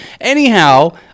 Anyhow